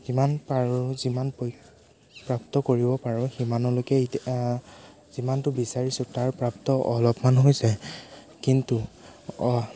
যিমান পাৰোঁ যিমান প প্ৰাপ্ত কৰিব পাৰোঁ সিমানলৈকে যিমানটো বিচাৰিছোঁ তাৰ প্ৰাপ্ত অলপমান হৈছে কিন্তু